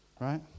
right